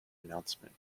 announcement